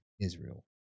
Israel